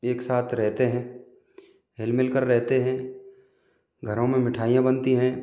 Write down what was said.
एक साथ रहते है हिल मिल कर रहते हैं घरों में मिठाइयाँ बनती हैं